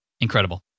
Incredible